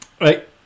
Right